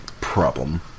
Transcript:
problem